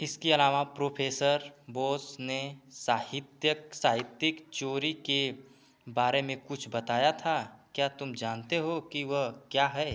इसके अलावा प्रोफ़ेसर बोस ने साहित्यक साहित्यिक चोरी के बारे में कुछ बताया था क्या तुम जानते हो कि वह क्या है